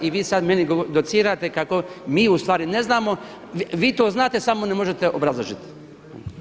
I vi sad meni docirate kako mi u stvari ne znamo, vi to znate samo ne možete obrazložiti.